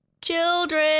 Children